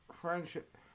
friendship